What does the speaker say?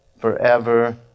forever